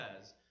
says